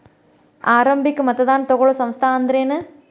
ಆರಂಭಿಕ್ ಮತದಾನಾ ತಗೋಳೋ ಸಂಸ್ಥಾ ಅಂದ್ರೇನು?